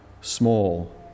small